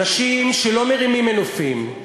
אנשים שלא מרימים מנופים,